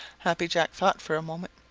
happy jack thought for a moment.